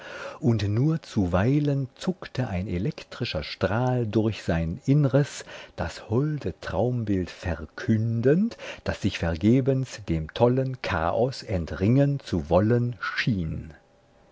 und nur zuweilen zuckte ein elektrischer strahl durch sein innres das holde traumbild verkündend das sich vergebens dem tollen chaos entringen zu wollen schien